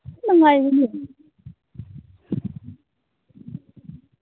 ꯅꯨꯡꯉꯥꯏꯕꯅꯦ